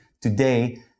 today